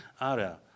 area